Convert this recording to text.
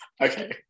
Okay